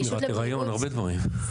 שמירת הריון, הרבה דברים.